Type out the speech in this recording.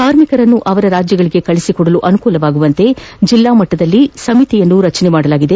ಕಾರ್ಮಿಕರನ್ನು ಅವರ ರಾಜ್ಯಕ್ಕೆ ಕಳುಹಿಸಿಕೊಡಲು ಅನುಕೂಲವಾಗುವಂತೆ ಜಿಲ್ಡಾ ಮಟ್ಗದಲ್ಲಿ ಸಮಿತಿ ರಚಿಸಲಾಗಿದೆ